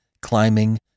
climbing